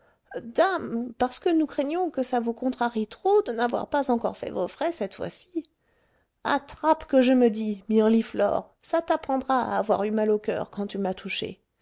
dame parce que nous craignions que ça vous contrarie trop de n'avoir pas encore fait vos frais cette fois-ci attrape que je me dis mirliflor ça t'apprendra à avoir eu mal au coeur quand tu m'as touchée